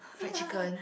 fried chicken